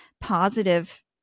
positive